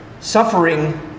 suffering